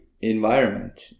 environment